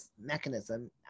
mechanism